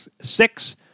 six